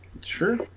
Sure